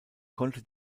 konnte